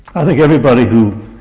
i think everybody who